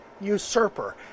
usurper